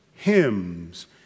hymns